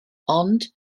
ond